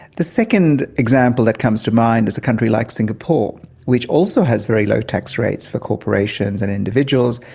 the second example that comes to mind is a country like singapore which also has very low tax rates for corporations and individuals,